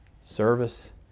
Service